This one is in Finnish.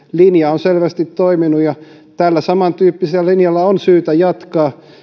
linja on selvästi toiminut ja tällä samantyyppisellä linjalla on syytä jatkaa